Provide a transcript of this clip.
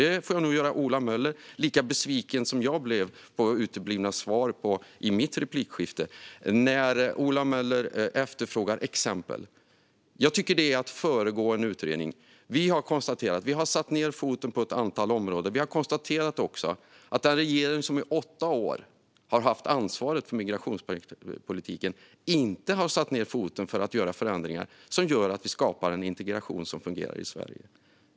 Där får jag nog göra Ola Möller lika besviken som jag blev över uteblivna svar i mitt replikskifte med honom. Jag tycker att det är att föregå en utredning. Vi har satt ned foten på ett antal områden. Vi har också konstaterat att den regering som i åtta år haft ansvaret för migrationspolitiken inte har satt ned foten för att göra förändringar som gör att vi skapar en integration som fungerar i Sverige.